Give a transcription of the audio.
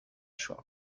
choix